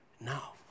now